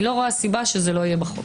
איני רואה סיבה שלא יהיה בחוק.